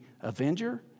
avenger